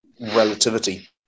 relativity